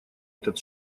этот